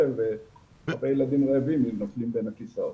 והרבה ילדים רעבים נופלים בין הכיסאות.